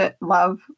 love